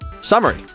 Summary